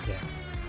yes